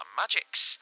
magics